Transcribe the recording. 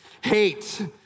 Hate